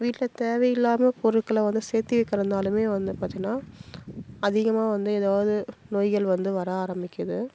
வீட்டில் தேவையில்லாமல் பொருட்களை வந்து சேர்த்தி வைக்கிறனாலுமே வந்து பார்த்தினா அதிகமாக வந்து எதாவது நோய்கள் வந்து வர ஆரமிக்கிது